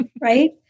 Right